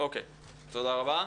תודה רבה.